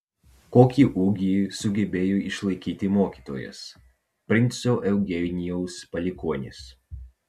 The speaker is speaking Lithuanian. kokį ūgį sugebėjo išlaikyti mokytojas princo eugenijaus palikuonis